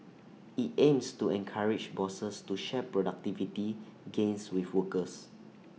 IT aims to encourage bosses to share productivity gains with workers